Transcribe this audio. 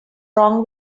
wrong